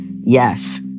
yes